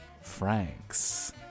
Franks